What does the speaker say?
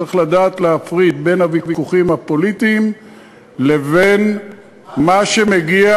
צריכים לדעת להפריד בין הוויכוחים הפוליטיים לבין מה שמגיע